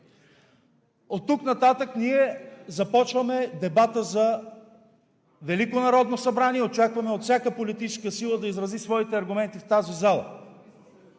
Оттук нататък ние започваме дебата за Велико народно събрание и очакваме от всяка политическа сила да изрази своите аргументи в тази зала.